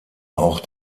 auch